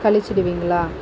கழிச்சிடுவீங்களா